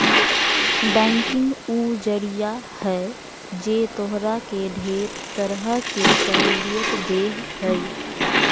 banking उ जरिया है जे तोहरा के ढेर तरह के सहूलियत देह हइ